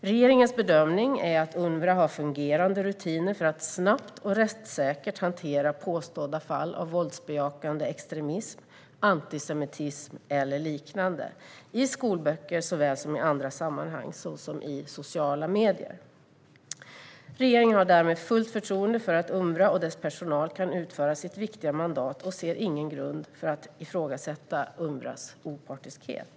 Regeringens bedömning är att Unrwa har fungerande rutiner för att snabbt och rättssäkert hantera påstådda fall av våldsbejakande extremism, antisemitism eller liknande, såväl i skolböcker som i andra sammanhang, såsom sociala medier. Regeringen har därmed fullt förtroende för att Unrwa och dess personal kan utföra sitt viktiga mandat och ser ingen grund för att ifrågasätta Unrwas opartiskhet.